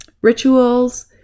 rituals